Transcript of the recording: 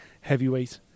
heavyweight